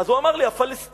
אז הוא אמר לי: הפלסטינים.